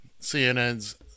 CNN's –